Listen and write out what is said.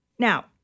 Now